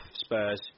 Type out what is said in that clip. Spurs